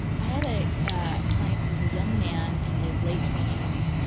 i had a client who was a young man in his late twenty s.